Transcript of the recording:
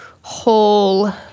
whole